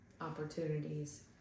opportunities